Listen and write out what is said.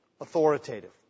authoritative